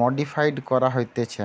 modified করা হতিছে